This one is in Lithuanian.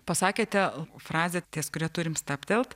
pasakėte frazę ties kuria turime stabtelt